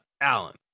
Allen